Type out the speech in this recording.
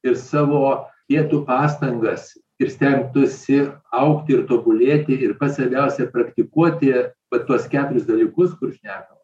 ir savo dėtų pastangas ir stengtųsi augti ir tobulėti ir kas svarbiausia praktikuoti va tuos keturis dalykus kur šnekam